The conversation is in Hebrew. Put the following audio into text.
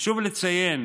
חשוב לציין